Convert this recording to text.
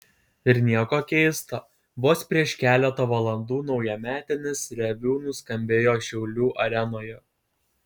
ir nieko keista vos prieš keletą valandų naujametinis reviu nuskambėjo šiaulių arenoje